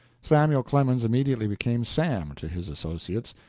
samuel clemens immediately became sam to his associates,